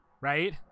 Right